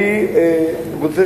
אני רוצה